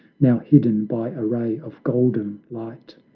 now hidden by a ray of golden light.